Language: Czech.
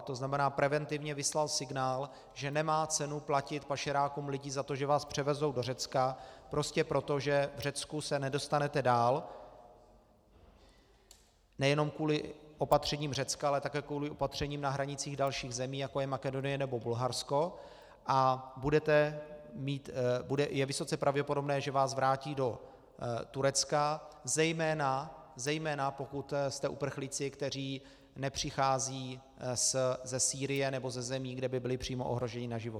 To znamená, preventivně vyslal signál, že nemá cenu platit pašerákům lidí za to, že vás převezou do Řecka, prostě proto, že v Řecku se nedostanete dál nejenom kvůli opatřením Řecka, ale také kvůli opatřením na hranicích dalších zemí, jako je Makedonie nebo Bulharsko, a je vysoce pravděpodobné, že vás vrátí do Turecka, zejména, zejména pokud jste uprchlíci, kteří nepřicházejí ze Sýrie nebo ze zemí, kde by byli přímo ohroženi na životě.